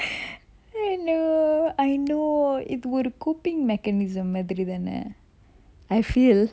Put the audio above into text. hello I know இது ஒரு:ithu oru coping mechanism மாதிரி தான:madiri thana I feel